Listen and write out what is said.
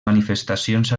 manifestacions